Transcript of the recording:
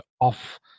off